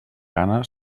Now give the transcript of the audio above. gana